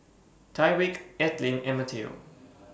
Tyrik Ethelyn and Mateo